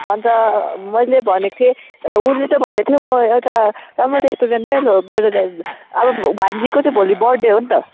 अन्त मैले भनेको थिएँ उसले चाहिँ भन्दैथ्यो म एउटा राम्रो रेस्टुरेन्टमै गएर अब भान्जीको चाहिँ भोलि बर्थडे हो नि त